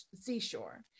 seashore